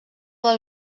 del